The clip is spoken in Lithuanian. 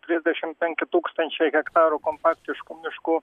trisdešim penki tūkstančiai hektarų kompaktiškų miškų